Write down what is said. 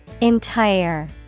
Entire